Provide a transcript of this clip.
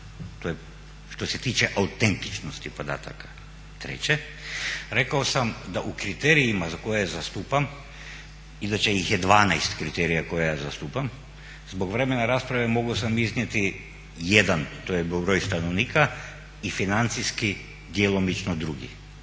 što se tiče autentičnosti podataka. Treće, rekao sam da u kriterijima koje zastupam, inače ih je 12 kriterija koje ja zastupam, zbog vremena rasprave mogao sam iznijeti jedan, to je broj stanovnika i financijski djelomično drugi.